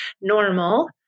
normal